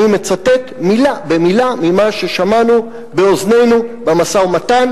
אני מצטט מלה במלה ממה ששמענו באוזנינו במשא-ומתן.